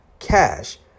cash